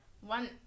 one